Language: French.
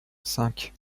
cinq